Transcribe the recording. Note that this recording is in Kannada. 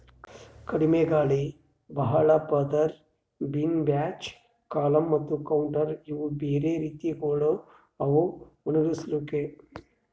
ಕಡಿಮಿ ಗಾಳಿ, ಭಾಳ ಪದುರ್, ಬಿನ್ ಬ್ಯಾಚ್, ಕಾಲಮ್ ಮತ್ತ ಕೌಂಟರ್ ಇವು ಬ್ಯಾರೆ ರೀತಿಗೊಳ್ ಅವಾ ಒಣುಗುಸ್ಲುಕ್